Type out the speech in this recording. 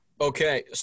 Okay